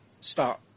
start